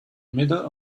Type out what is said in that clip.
middle